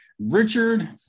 Richard